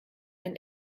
ein